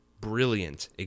brilliant